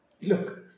look